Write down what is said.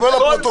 שבוודאי.